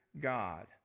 God